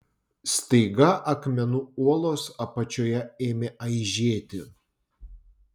staiga akmenų uolos apačioje ėmė aižėti